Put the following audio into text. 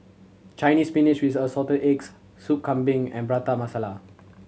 Chinese Spinach with Assorted Eggs Soup Kambing and Prata Masala